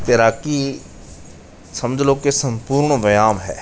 ਤੈਰਾਕੀ ਸਮਝ ਲਓ ਕਿ ਸੰਪੂਰਨ ਵਿਆਮ ਹੈ